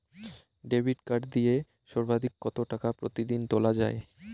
Debit card দিয়ে সর্বাধিক কত টাকা প্রতিদিন তোলা য়ায়?